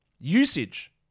usage